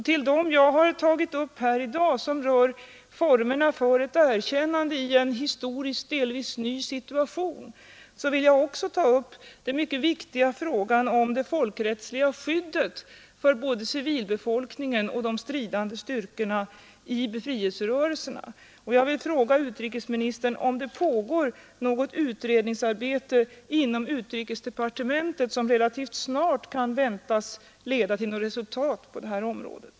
Till dem jag tagit upp här i dag, som rör formerna för ett erkännande i en historiskt delvis ny situation, vill jag också ta upp den mycket viktiga frågan om det folkrättsliga skyddet för både civilbefolkningen och de stridande styrkorna i befrielserörelserna. Jag vill fråga utrikesministern, om det pågår något utredningsarbete inom utrikesdepartementet som relativt snart kan väntas leda till resultat på detta område.